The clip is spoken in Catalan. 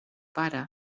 pare